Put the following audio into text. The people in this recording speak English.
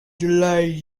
delayed